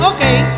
Okay